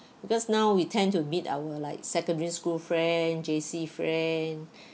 because now we tend to meet our like secondary school friend J_C friend